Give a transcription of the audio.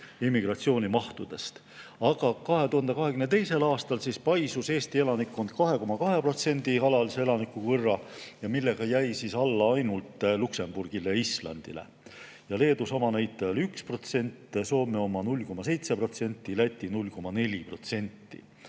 immigratsioonimahtude poolest. Aga 2022. aastal paisus Eesti elanikkond 2,2% alaliste elanike võrra, millega jäi alla ainult Luksemburgile ja Islandile. Leedu sama näitaja oli 1%, Soome oma 0,7%, Läti oma 0,4%.